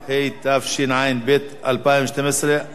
התשע"ב 2012, עבר